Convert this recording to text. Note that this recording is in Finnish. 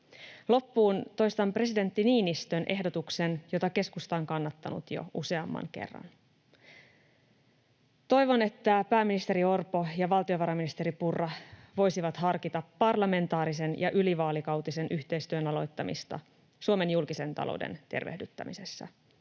Loppuun toistan presidentti Niinistön ehdotuksen, jota keskusta on kannattanut jo useamman kerran: Toivon, että pääministeri Orpo ja valtiovarainministeri Purra voisivat harkita parlamentaarisen ja ylivaalikautisen yhteistyön aloittamista Suomen julkisen talouden tervehdyttämisessä.